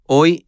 Hoy